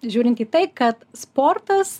žiūrint į tai kad sportas